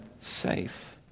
safe